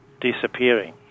disappearing